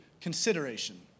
Consideration